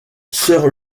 sir